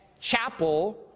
CHAPEL